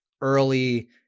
early